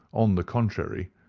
on the contrary,